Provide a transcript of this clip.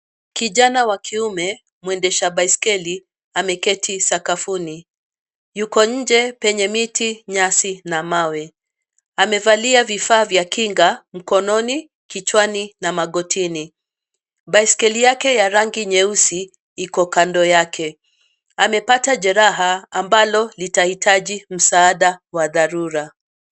Kijana wa kiume, mwendesha baiskeli, ameketi sakafuni. Yuko nje penye miti, nyasi, na mawe. Amevalia vifaa vya kinga mkononi, kichwani, na magotini. Baiskeli yake ya rangi nyeusi, iko kando yake. Amepata jeraha, ambalo litahitaji msaada wa dharura.